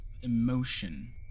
emotion